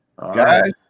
Guys